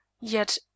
Yet